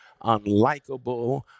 unlikable